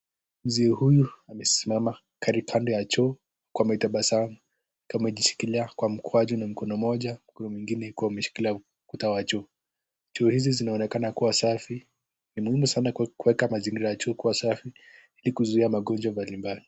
Mzee huyu amesimama kwa upande ya nchoo, ametabasamu ameshikilia kwa vipande ya choo, ametabasamu ameshikilia kwa mkono moja hiyo ingine ameshikilia ukuta ya juu, choo hizi zinaonekana kuwa chafu, ni mzuri sana kuweka mazingira kama hii ikuwe safi ili kuzuia magonjwa mbalimbali.